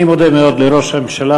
אני מודה מאוד לראש הממשלה,